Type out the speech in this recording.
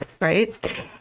right